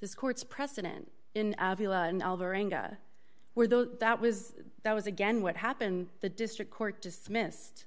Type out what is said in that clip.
this court's precedent in where the that was that was again what happened the district court dismissed